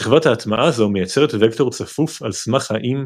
שכבת הטמעה זו מייצרת וקטור צפוף על סמך האם